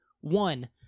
One